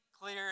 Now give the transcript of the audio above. clear